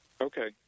Okay